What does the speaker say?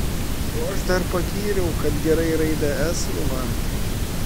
o aš dar pagyriau kad gerai raidę s nuvalė